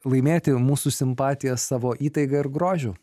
laimėti mūsų simpatijas savo įtaiga ir grožiu